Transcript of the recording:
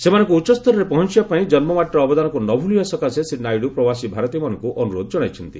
ସେମାନଙ୍କୁ ଉଚ୍ଚସ୍ତରରେ ପହଞ୍ଚିବା ପାଇଁ ଜନ୍ମ ମାଟିର ଅବଦାନକୁ ନ ଭୁଲିବା ସକାଶେ ଶ୍ରୀ ନାଇଡୁ ପ୍ରବାସୀ ଭାରତୀୟମାନଙ୍କୁ ଅନୁରୋଧ ଜଣାଇଛନ୍ତି